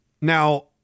Now